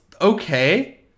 okay